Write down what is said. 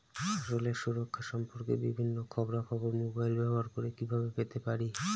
ফসলের সুরক্ষা সম্পর্কে বিভিন্ন খবরা খবর মোবাইল ব্যবহার করে কিভাবে পেতে পারি?